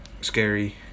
scary